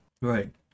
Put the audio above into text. Right